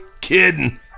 Kidding